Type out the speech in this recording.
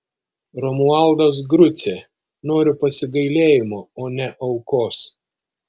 romualdas grucė noriu pasigailėjimo o ne aukos